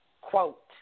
quote